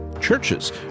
Churches